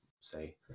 say